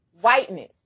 whiteness